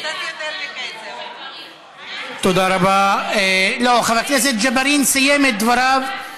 יש לי שאלה, חבר הכנסת ג'בארין, לא,